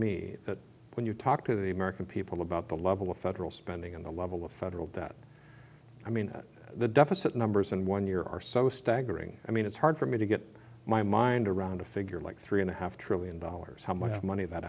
me that when you talk to the american people about the level of federal spending in the level of federal debt i mean the deficit numbers in one year are so staggering i mean it's hard for me to get my mind around a figure like three and a half trillion dollars how much money that